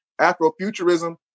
Afrofuturism